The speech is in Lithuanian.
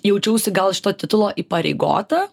jaučiausi gal šito titulo įpareigota